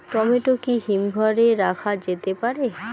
Tomato কি হিমঘর এ রাখা যেতে পারে?